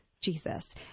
Jesus